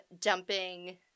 dumping